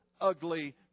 ugly